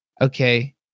okay